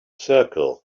circle